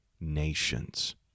nations